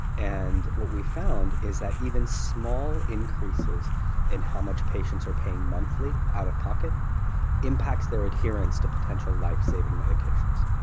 and what we found is that even small increases in how much patients are paying monthly out-of-pocket impacts their adherence to potential life-saving medications.